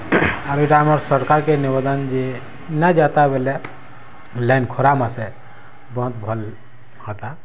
ଆରୁ ଇଟା ଆମର୍ ସରକାର୍କେ ନିବେଦନ୍ ଯେ ନାଇଁ ଯାଏତା ବେଲେ ଲାଇନ୍ ଖରା ମାସେ ବହୁତ୍ ଭଲ୍ ହେତା